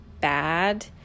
bad